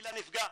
הקהילה נפגעת.